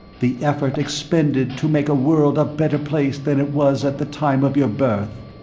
the effort expended to make a world a better place than it was at the time of your birth.